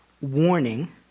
warning